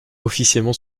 officiellement